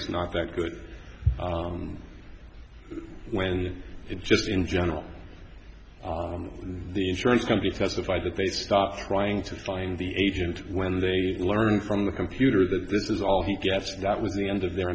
it's not that good when it's just in general and the insurance company because if either they stop trying to find the agent when they learn from the computer that this is all he gets that was the end of their